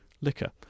liquor